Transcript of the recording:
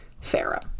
Pharaoh